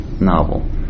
novel